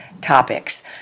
topics